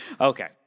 Okay